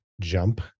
jump